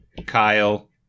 Kyle